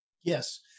Yes